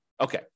Okay